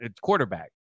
quarterback